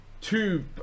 Two